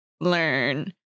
learn